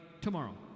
tomorrow